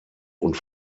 und